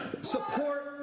support